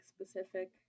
specific